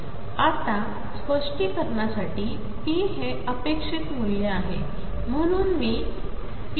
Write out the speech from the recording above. आता स्पष्टीकरणासाठी p हे अपेक्षित मूल्य आहे